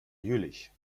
jüllich